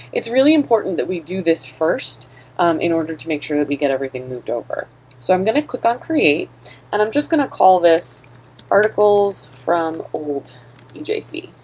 it's really important that we do this first in order to make sure that we get everything moved over so i'm going to click on create and i'm just going to call this articles from old ejc